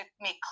make